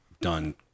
done